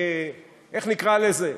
איך נקרא לזה?